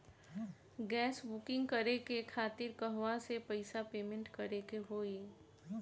Gas booking करे के खातिर कहवा से पैसा पेमेंट करे के होई?